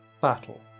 battle